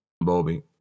Bobby